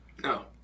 No